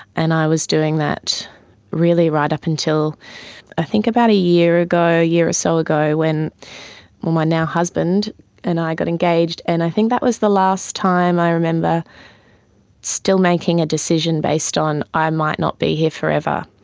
and i was doing that really right up until i think about a year ago, a year or so ago when when my now husband and i got engaged, and i think that was the last time i remember still making a decision based on i might not be here forever.